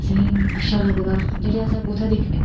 असेंगी अच्छा लगदा